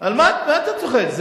על מה אתה צוחק?